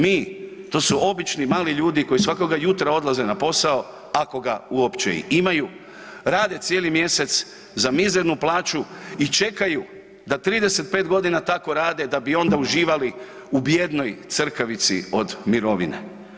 Mi, to su obični mali ljudi koji svakoga jutra odlaze na posao, ako ga uopće i imaju, rade cijeli mjesec za mizernu plaću i čekaju da 35 godina tako rade da bi onda uživali u bijednoj crkavici od mirovine.